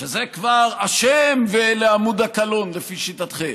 שזה כבר אשם ולעמוד הקלון, לפי שיטתכם,